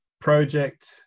project